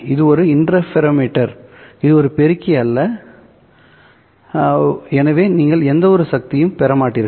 இது ஒரு இன்டர்ஃபெரோமீட்டர் இது ஒரு பெருக்கி அல்ல எனவே நீங்கள் எந்தவொரு சக்தியும் பெற மாட்டீர்கள்